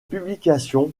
publications